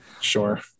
Sure